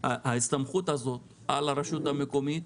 ההסתמכות הזאת על הרשות המקומית,